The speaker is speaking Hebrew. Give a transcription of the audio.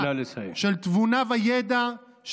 של תבונה וידע,